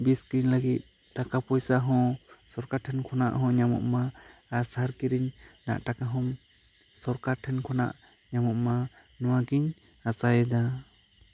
ᱵᱤᱥ ᱠᱤᱨᱤᱧ ᱞᱟᱹᱜᱤᱫ ᱴᱟᱠᱟ ᱯᱚᱭᱥᱟ ᱦᱚᱸ ᱥᱚᱨᱠᱟᱨ ᱴᱷᱮᱱ ᱠᱷᱚᱱᱟᱜ ᱦᱚᱸ ᱧᱟᱢᱚᱜ ᱢᱟ ᱟᱨ ᱥᱟᱨ ᱠᱤᱨᱤᱧ ᱴᱟᱠᱟ ᱦᱚᱸ ᱥᱚᱨᱠᱟᱨ ᱴᱷᱮᱱ ᱠᱷᱚᱱᱟᱜ ᱧᱟᱢᱚᱜᱼᱢᱟ ᱱᱚᱣᱟ ᱜᱤᱧ ᱟᱥᱟᱭᱮᱫᱟ